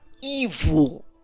evil